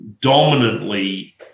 dominantly